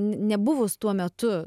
n nebuvus tuo metu